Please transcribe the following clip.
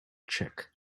trick